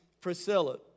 Priscilla